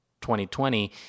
2020